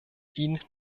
ihn